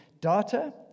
data